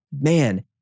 man